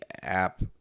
app